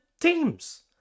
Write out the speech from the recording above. teams